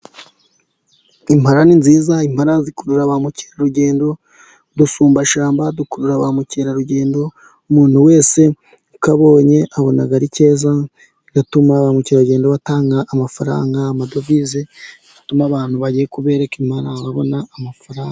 Impala ni nziza, impala zikurura ba mukerarugendo, dushumbashyamba, dukurura ba mukerarugendo, umuntu wese ukabonye abona ari keza, bigatuma ba mukerarugendo batanga amafaranga, amadovize atuma abantu bagiye kubereka impala babona amafaranga.